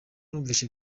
numvise